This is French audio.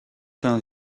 pain